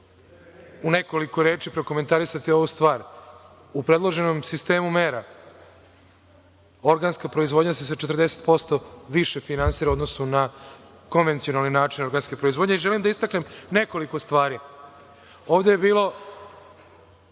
u nekoliko reči prokomentarisati ovu stvar.U predloženom sistemu mera organska proizvodnja se 40% više finansira u odnosu na komercijalni način organske proizvodnje i želim da istaknem nekoliko stvari. Ja ovde ceo